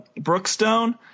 Brookstone